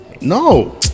No